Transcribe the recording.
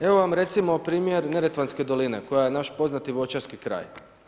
Evo vam recimo primjer Neretvanske doline, koja je naš poznati voćarski kraj.